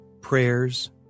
prayers